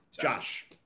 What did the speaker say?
Josh